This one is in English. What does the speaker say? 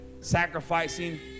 sacrificing